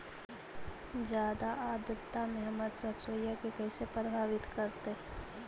जादा आद्रता में हमर सरसोईय के कैसे प्रभावित करतई?